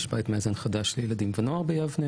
יש בית מאזן חדש לילדים ונוער ביבנה